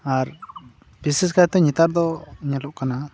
ᱟᱨ ᱵᱤᱥᱮᱥ ᱠᱟᱭᱛᱮ ᱱᱮᱛᱟᱨ ᱫᱚ ᱧᱮᱞᱚᱜ ᱠᱟᱱᱟ